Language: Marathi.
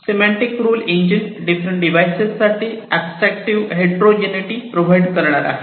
semantic rule engine different devices साठी ऍब्स्ट्रॅक्टिव हेट्रोजीनीटि प्रोव्हाइड करणार आहे